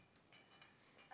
<S<